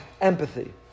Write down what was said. empathy